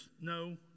No